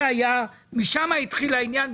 משם התחיל העניין.